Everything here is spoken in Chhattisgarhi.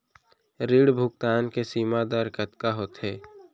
ऋण भुगतान के सीमा दर कतका होथे?